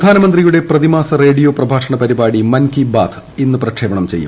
പ്രധാനമന്ത്രിയുടെ പ്രതിമാസ റേഡിയോ പ്രഭാഷണ പരിപാടി മൻ കി ബാത് ഇന്ന് പ്രക്ഷേപണം ചെയ്യും